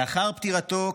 לאחר פטירתו,